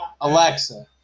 Alexa